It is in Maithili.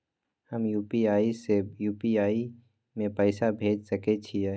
हम यू.पी.आई से यू.पी.आई में पैसा भेज सके छिये?